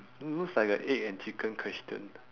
lo~ looks like a egg and chicken question